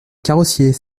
carrossier